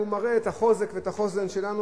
והוא מראה את החוזק ואת החוסן שלנו,